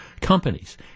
companies